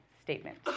statement